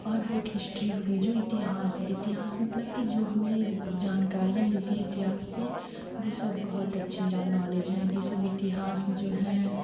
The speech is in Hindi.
और एक हिस्ट्री हो गई जो इतिहास है इतिहास मतलब की जो हमें जानकारियाँ मिलती है इतिहास से वह सब बहुत अच्छी जन नॉलेज है यह सब इतिहास जो है